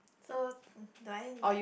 so do I like